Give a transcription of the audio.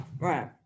right